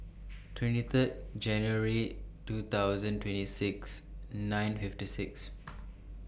twenty Third January two thousand twenty six nine fifty six